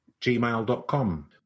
gmail.com